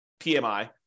PMI